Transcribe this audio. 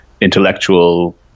intellectual